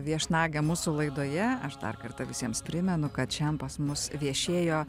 viešnagę mūsų laidoje aš dar kartą visiems primenu kad šiandien pas mus viešėjo